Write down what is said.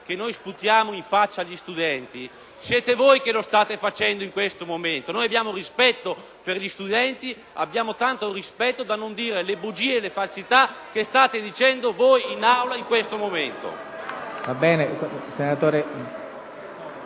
che noi sputiamo in faccia agli studenti, rispondo che siete voi che in questo momento lo state facendo! Noi abbiamo rispetto per gli studenti. Abbiamo tanto rispetto da non dire le bugie e le falsità che state dicendo voi in Aula in questo momento!